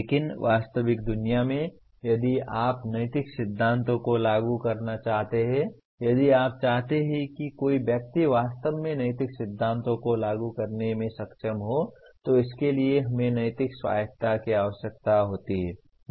लेकिन वास्तविक दुनिया में यदि आप नैतिक सिद्धांतों को लागू करना चाहते हैं यदि आप चाहते हैं कि कोई व्यक्ति वास्तव में नैतिक सिद्धांतों को लागू करने में सक्षम हो तो इसके लिए हमें नैतिक स्वायत्तता की आवश्यकता होती है